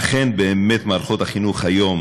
אכן באמת מערכות החינוך היום